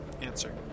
Answer